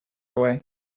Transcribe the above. away